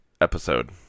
episode